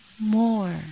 more